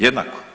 Jednako.